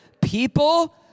people